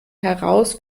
heraus